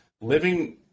living